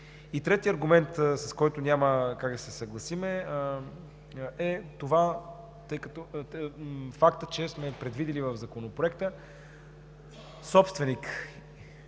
Третият аргумент, с който няма как да се съгласим, е фактът, че сме предвидили в Законопроекта собственик,